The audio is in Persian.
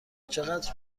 چقدر